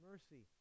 Mercy